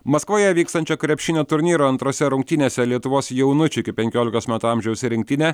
maskvoje vykstančio krepšinio turnyro antrose rungtynėse lietuvos jaunučių iki penkiolikos metų amžiaus rinktinė